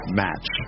match